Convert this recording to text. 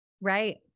right